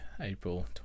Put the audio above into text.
April